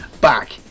back